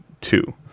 two